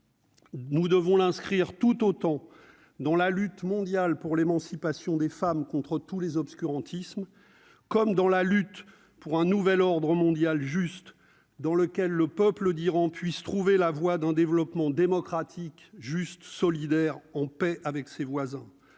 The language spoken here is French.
Nous devons l'inscrire tout autant dans la lutte mondiale pour l'émancipation des femmes, contre tous les obscurantismes comme dans la lutte pour un nouvel ordre mondial juste, dans lequel le peuple d'Iran puisse trouver la voie d'un développement démocratique juste solidaire en paix avec ses voisins,